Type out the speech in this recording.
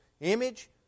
image